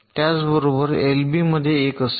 त्याचप्रमाणे LB B मध्ये 1 असेल